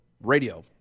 Radio